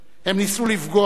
הם ניסו לפגוע.